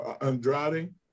Andrade